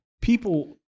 People